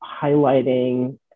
highlighting